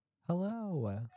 Hello